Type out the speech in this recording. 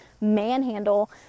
manhandle